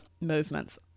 movements